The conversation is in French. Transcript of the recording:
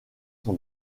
son